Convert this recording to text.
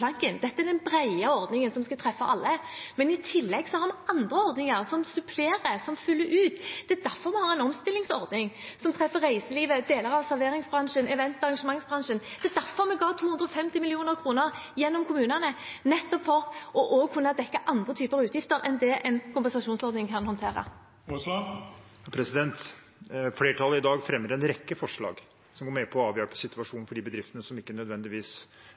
dette er den brede ordningen som skal treffe alle, men i tillegg har vi andre ordninger som supplerer, som fyller ut. Det er derfor vi har en omstillingsordning, som treffer reiselivet, deler av serveringsbransjen, event- og arrangementsbransjen. Det er derfor vi ga 250 mill. kr gjennom kommunene, nettopp for også å kunne dekke andre typer utgifter enn det en kompensasjonsordning kan håndtere. Flertallet i dag fremmer en rekke forslag som går ut på å avhjelpe situasjonen for de bedriftene som ikke nødvendigvis